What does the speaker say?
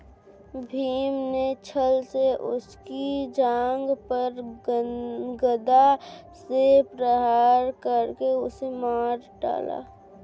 भीम ने छ्ल से उसकी जांघ पर गदा से प्रहार करके उसे मार डाला